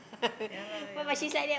ya lah ya lah